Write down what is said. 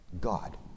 God